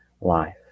life